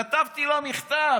כתבתי לו מכתב.